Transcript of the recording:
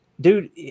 dude